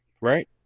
right